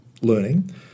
learning